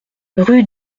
rue